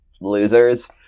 losers